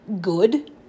good